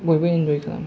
बयबो इन्जय खालामो